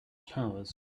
powers